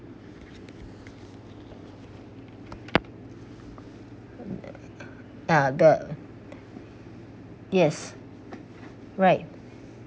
ah bird yes right